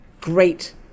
great